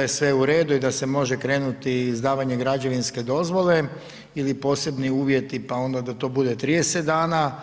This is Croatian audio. je sve u redu i da se može krenuti izdavanje građevinske dozvole ili posebni uvjeti, pa onda da to bude 30 dana.